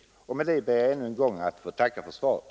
Än en gång ber jag att få tacka för svaret.